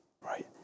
right